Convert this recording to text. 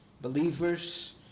believers